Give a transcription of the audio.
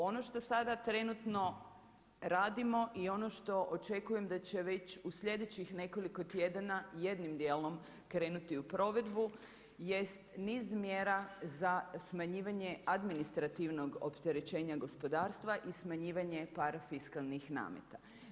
Ono što sada trenutno radimo i ono što očekujem da će već u sljedećih nekoliko tjedana jednim dijelom krenuti u provedu jest niz mjera za smanjivanje administrativnog opterećenja gospodarstva i smanjivanje parafiskalnih nameta.